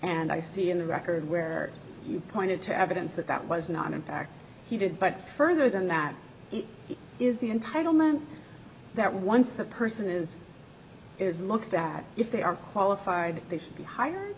and i see in the record where you pointed to evidence that that was not in fact he did but further than that it is the entitlement that once the person is is looked at if they are qualified they should be hired